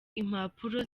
impapuro